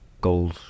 goals